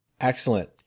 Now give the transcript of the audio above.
Excellent